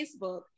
facebook